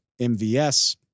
MVS